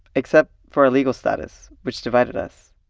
except for our legal status, which divided us.